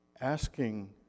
asking